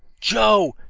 joe,